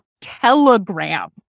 telegram